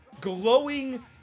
glowing